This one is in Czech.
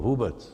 Vůbec.